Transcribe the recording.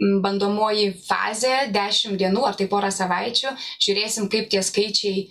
bandomoji fazė dešim dienų ar tai pora savaičių žiūrėsim kaip tie skaičiai